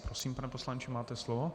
Prosím, pane poslanče, máte slovo.